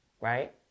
right